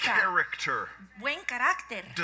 character